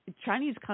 Chinese